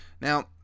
Now